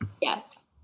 Yes